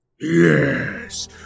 Yes